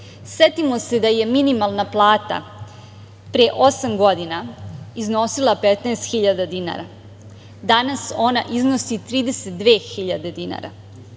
Setimo se da je minimalna plata pre osam godina iznosila 15.000 dinara, danas ona iznosi 32.000 dinara.